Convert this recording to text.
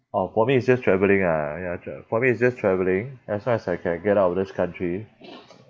orh for me it's just travelling ah ya tra~ for me it's just travelling as long as I can get out of this country